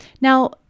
Now